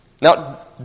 Now